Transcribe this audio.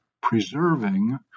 preserving